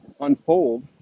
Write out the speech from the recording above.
unfold